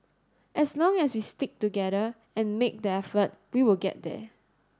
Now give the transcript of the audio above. as long as we stick together and make the effort we will get there